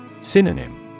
Synonym